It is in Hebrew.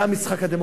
זה המשחק הדמוקרטי,